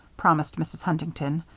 promised mrs. huntington.